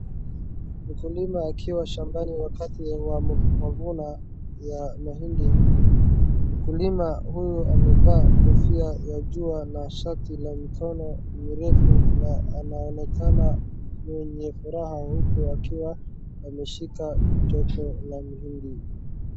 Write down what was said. Mkulima akiwa shambani wakati wa mavuno ya mahindi. Mkulima huyu amevaa kofia ya jua na shati la mikono mirefu na anaonekana mwenye furaha huku akiwa ameshika njopo la mahindi.